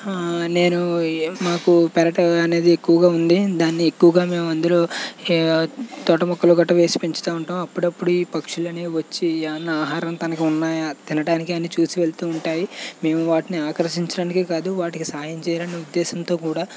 నేను మాకు పెరడు అనేది ఎక్కువగా ఉంది దాన్ని ఎక్కువగా మేమూ అందులో తోట మొక్కలు గట్రా వేసి పెంచుతూ ఉంటాం అప్పుడప్పుడు ఈ పక్షులనేవి వచ్చి ఆహారం తనకీ ఉన్నాయా తినడానికీ అని చూసి వెలుతుంటాయి మేము వాటిని ఆకర్షించడానికే కాదు వాటికి సాయం చేయాలనే ఉద్దేశంతో కూడా